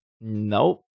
Nope